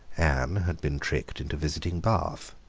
anne had been tricked into visiting bath.